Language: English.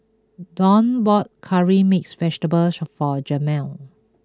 Dwane bought Curry Mixed Vegetable for Jamal